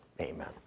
amen